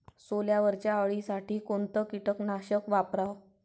सोल्यावरच्या अळीसाठी कोनतं कीटकनाशक वापराव?